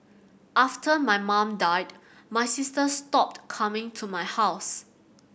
after my mum died my sister stopped coming to my house